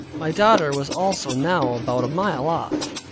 my daughter was also now about a mile off,